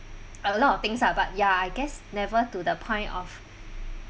a lot of things ah but ya I guess never to the point of